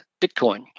Bitcoin